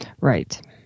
Right